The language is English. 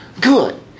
Good